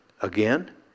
Again